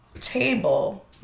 table